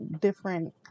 different